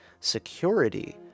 Security